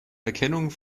erkennung